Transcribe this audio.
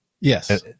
Yes